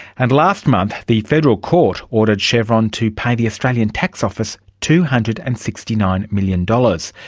and last month the federal court ordered chevron to pay the australian tax office two hundred and sixty nine million dollars.